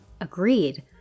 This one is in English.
agreed